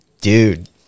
dude